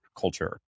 culture